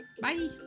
Bye